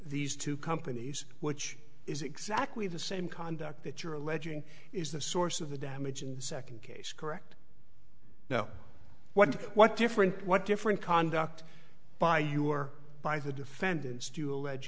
these two companies which is exactly the same conduct that you're alleging is the source of the damage in the second case correct no what what different what different conduct by you or by the defendants do you allege